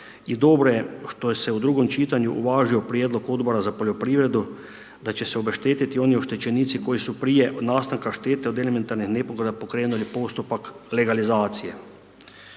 i dobro je što je se u drugom čitanju uvažio prijedlog Odbora za poljoprivredu da će se obeštetiti oni oštećenici koji su prije nastanka štete od elementarnih nepogoda pokrenuli postupak legalizacije.